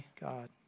God